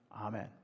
Amen